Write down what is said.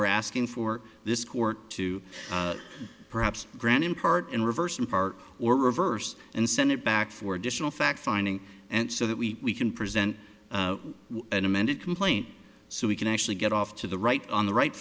we're asking for this court to perhaps grant in part and reversed in part or reverse and send it back for additional fact finding and so that we can present an amended complaint so we can actually get off to the right on the right